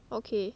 okay